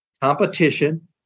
competition